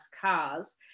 cars